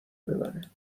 ببره